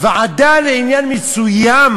לוועדה לעניין מסוים.